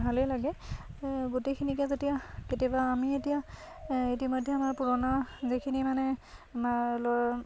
ভালেই লাগে গোটেইখিনিকে যেতিয়া কেতিয়াবা আমি এতিয়া ইতিমধ্যে আমাৰ পুৰণা যিখিনি মানে আমাৰ ল'ৰা